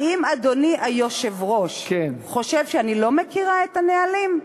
האם אדוני היושב-ראש חושב שאני לא מכירה את הנהלים?